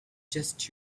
just